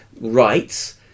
rights